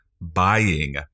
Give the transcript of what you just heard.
Buying